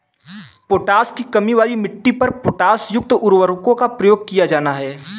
potash की कमी वाली मिट्टी पर पोटाशयुक्त उर्वरकों का प्रयोग किया जाना है